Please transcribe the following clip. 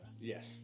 Yes